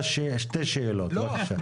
יוראי.